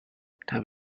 time